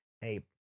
hey